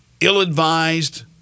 ill-advised